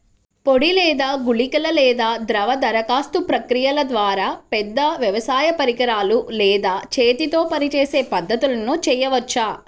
పొడి లేదా గుళికల లేదా ద్రవ దరఖాస్తు ప్రక్రియల ద్వారా, పెద్ద వ్యవసాయ పరికరాలు లేదా చేతితో పనిచేసే పద్ధతులను చేయవచ్చా?